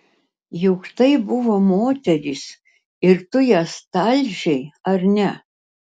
juk tai buvo moterys ir tu jas talžei ar ne